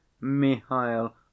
mihail